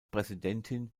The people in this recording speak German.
präsidentin